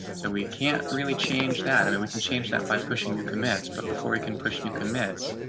so we can't really change that i mean we can change that by pushing new commits. but before we can push new commits,